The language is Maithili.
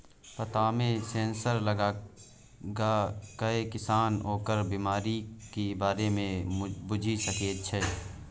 पत्तामे सेंसर लगाकए किसान ओकर बिमारीक बारे मे बुझि सकैत छै